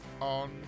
on